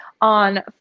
on